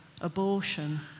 abortion